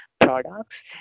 products